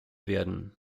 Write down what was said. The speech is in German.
werden